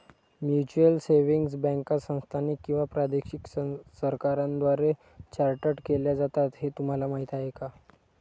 Mutual savings बँका स्थानिक किंवा प्रादेशिक सरकारांद्वारे चार्टर्ड केल्या जातात हे तुम्हाला माहीत का?